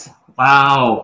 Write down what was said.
Wow